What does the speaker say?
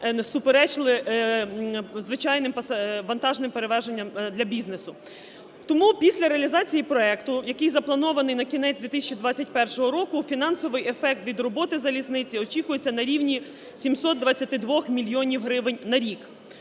суперечливими звичайним вантажним перевезенням для бізнесу. Тому після реалізації проекту, який запланований на кінець 2021 року, фінансовий ефект від роботи залізниці очікується на рівні 722 мільйонів гривень на рік.